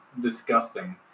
disgusting